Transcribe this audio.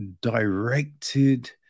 directed